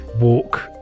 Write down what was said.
walk